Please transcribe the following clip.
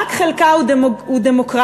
רק חלקה הוא דמוקרטי,